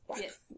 Yes